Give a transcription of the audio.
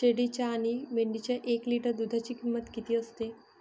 शेळीच्या आणि मेंढीच्या एक लिटर दूधाची किंमत किती असते?